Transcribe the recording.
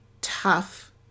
tough